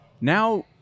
Now